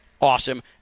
awesome